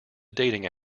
dating